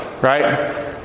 right